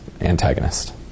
antagonist